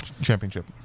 championship